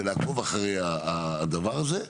ולעקוב אחרי הדבר הזה,